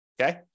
Okay